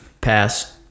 pass